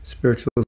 Spiritual